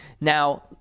Now